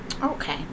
Okay